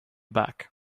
back